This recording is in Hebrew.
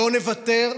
לא נוותר,